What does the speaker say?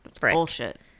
Bullshit